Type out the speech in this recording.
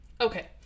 Okay